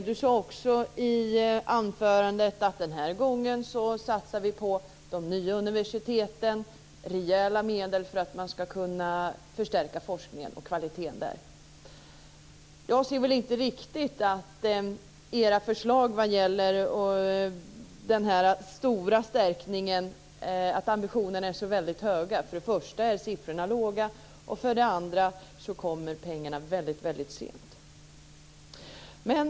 Hon sade också att man den här gången satsar på de nya universiteten med rejäla medel för att kunna förstärka forskningen och kvaliteten där. Jag ser inte riktigt att ambitionerna är så höga i era förslag vad gäller den här stora förstärkningen. För det första är siffrorna låga, och för det andra kommer pengarna väldigt sent.